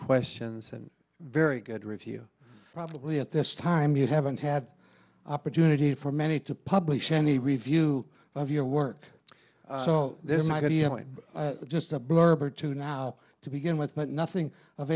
questions and very good review probably at this time you haven't had opportunity for many to publish any review of your work so there's not going to just a blurb or two now to begin with but nothing of